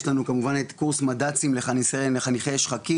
יש לנו כמובן את קורס מדצים לחניכי "שחקים"